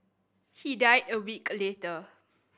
he died a week later